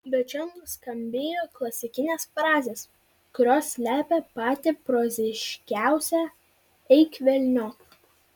bet čia nuskambėjo klasikinės frazės kurios slepia patį proziškiausią eik velniop